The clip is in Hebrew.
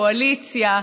קואליציה,